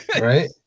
Right